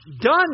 Done